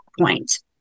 point